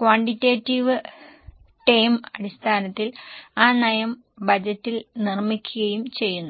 quantitative term അടിസ്ഥാനത്തിൽ ആ നയം ബജറ്റിൽ നിർമ്മിക്കുകയും ചെയ്യുന്നു